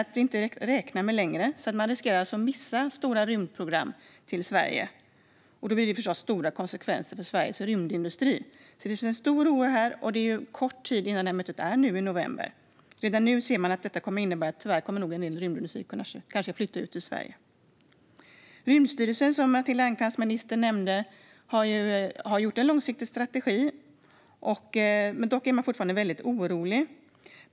Vi verkar inte längre vara någon att räkna med. Sverige riskerar alltså att missa stora rymdprogram som skulle ha kunnat gå hit. Det skulle förstås få stora konsekvenser för Sveriges rymdindustri. Det finns därför en stor oro. Det är inte långt kvar till mötet som hålls i november. Redan nu kan man se att det här tyvärr kommer att innebära att en del av rymdindustrin kanske kommer att flytta ut ur landet. Statsrådet Matilda Ernkrans nämnde Rymdstyrelsen. Den har gjort en långsiktig strategi men är fortfarande väldigt orolig.